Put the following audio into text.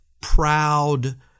proud